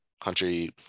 Country